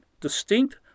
distinct